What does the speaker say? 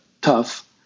tough